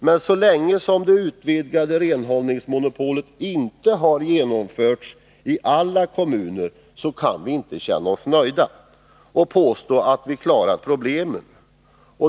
Men så länge som det utvidgade renhållningsmonopolet inte har genomförts i alla kommuner kan vi inte känna oss nöjda och påstå att vi klarat problemen.